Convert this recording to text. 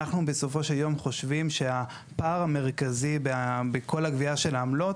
אנחנו בסופו של יום חושבים שהפער המרכזי בכל הגבייה של העמלות